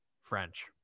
French